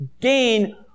gain